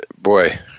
Boy